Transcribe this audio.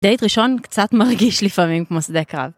דייט ראשון קצת מרגיש לפעמים כמו שדה קרב.